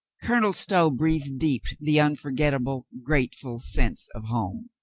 colonel stow breathed deep the unforgetable, grateful scents of home.